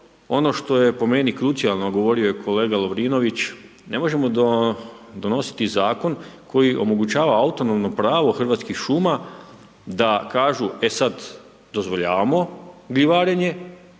ono što je po meni krucijalno, a govorio je kolega Lovrinović. Ne možemo donositi zakon koji omogućava autonomno pravo Hrvatskih šuma da kažu – e sada dozvoljavamo gljivarenje